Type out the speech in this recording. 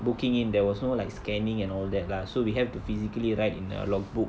booking in there was no like scanning and all that lah so we had to physically write in a log book